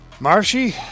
Marshy